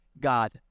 God